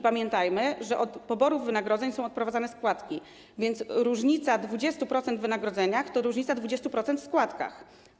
Pamiętajmy, że od poborów wynagrodzeń są odprowadzane składki, więc różnica 20% w wynagrodzeniach to różnica 20% w składkach.